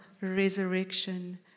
resurrection